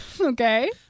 Okay